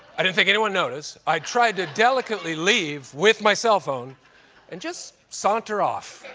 i didn't think anyone noticed. i tried to delicately leave with my cell phone and just saunter off.